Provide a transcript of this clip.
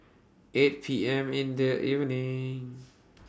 eight P M in The evening